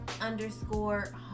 underscore